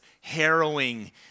harrowing